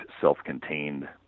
self-contained